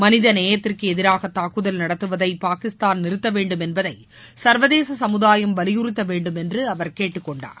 மனிதநேயத்திற்கு எதிராக தாக்குதல் நடத்துவதை பாகிஸ்தான் நிறுத்த வேண்டும் என்பதை சர்வதேச சமுதாயம் வலியுறுத்த வேண்டும் என்று அவர் கேட்டுக்கொண்டார்